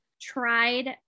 tried